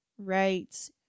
Right